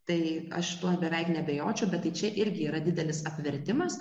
tai aš tuo beveik neabejočiau bet čia irgi yra didelis apvertimas